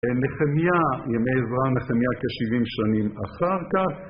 נחמיה, ימי עזרא ונחמיה כ-70 שנים אחר כך